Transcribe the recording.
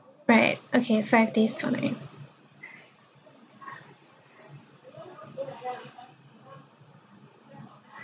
right okay five days four nights